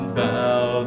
bow